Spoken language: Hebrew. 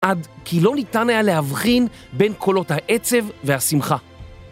עד כי לא ניתן היה להבחין בין קולות העצב והשמחה.